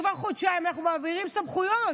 כבר חודשיים אנחנו מעבירים סמכויות.